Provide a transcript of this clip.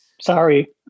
Sorry